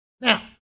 Now